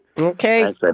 Okay